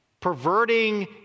perverting